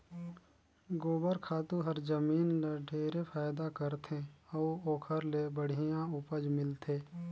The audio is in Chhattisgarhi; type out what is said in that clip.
गोबर खातू हर जमीन ल ढेरे फायदा करथे अउ ओखर ले बड़िहा उपज मिलथे